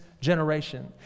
generation